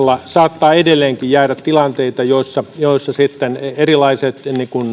kohdalla saattaa edelleenkin jäädä tilanteita joissa joissa sitten erilaiset